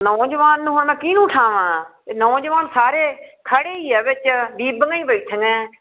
ਨੌਜਵਾਨ ਨੂੰ ਹੁਣ ਮੈਂ ਕਿਹਨੂੰ ਉਠਾਵਾਂ ਇਹ ਨੌਜਵਾਨ ਸਾਰੇ ਖੜ੍ਹੇ ਹੀ ਆ ਵਿੱਚ ਬੀਬੀਆਂ ਹੀ ਬੈਠੀਆਂ